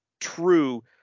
true